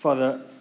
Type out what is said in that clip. Father